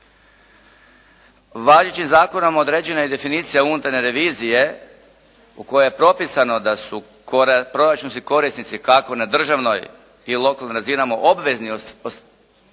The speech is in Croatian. Važećim zakonom određena je definicija unutarnje revizije u kojoj je propisano da su proračunski korisnici kako na državnoj i lokalnim sredinama obvezni ustrojiti